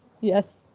yes